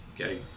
okay